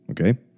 Okay